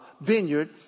vineyard